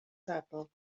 saddle